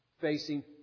facing